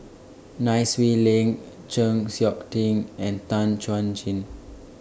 Nai Swee Leng Chng Seok Tin and Tan Chuan Jin